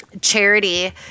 Charity